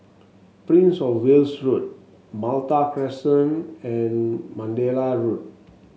Prince Of Wales Road Malta Crescent and Mandalay Road